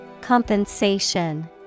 Compensation